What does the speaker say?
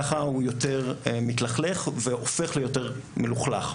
ככה הוא יותר מתלכלך והופך ליותר מלוכלך.